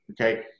Okay